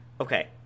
Okay